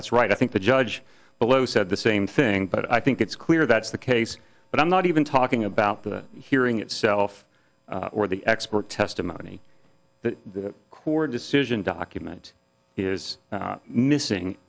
that's right i think the judge but lo said the same thing but i think it's clear that's the case but i'm not even talking about the hearing itself or the expert testimony that the core decision document is missing